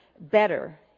better